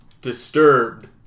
disturbed